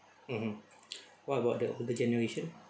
mmhmm what about the older generation